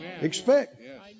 Expect